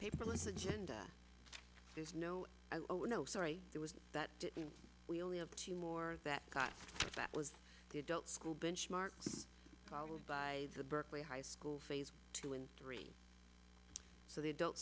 paperless agenda there's no oh no sorry there was that we only have two more that got that was they don't school benchmarks followed by the berkeley high school phase two and three so they don't